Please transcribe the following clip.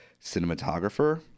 cinematographer